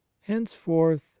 henceforth